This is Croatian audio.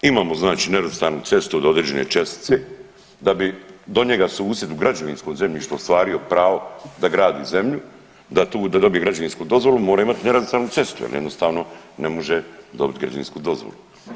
Imamo znači nerazvrstanu cestu do određene čestice da bi do njega susjed u građevinskom zemljištu ostvario pravo da gradi zemlju, da tu, da dobije građevinsku dozvolu mora imati nerazvrstanu cestu jer jednostavno ne može dobiti građevinsku dozvolu.